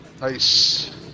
Nice